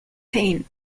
pain